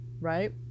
Right